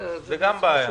זו גם בעיה.